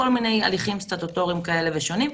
כל מיני הליכים הסטטוטוריים כאלה ושונים.